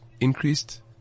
increased